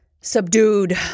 subdued